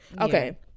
Okay